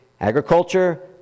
agriculture